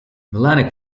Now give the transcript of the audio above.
melanic